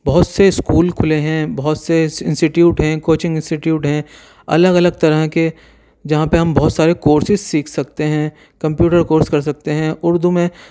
بہت سے اسکول کھلے ہیں بہت سے انسٹیٹیوٹ ہیں کوچنگ انسٹیٹیوٹ ہیں الگ الگ طرح کے جہاں پہ ہم بہت سارے کورسز سیکھ سکتے ہیں کمپیوٹر کورس کر سکتے ہیں اردو میں